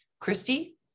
christy